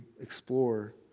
explore